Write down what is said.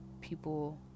people